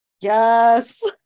Yes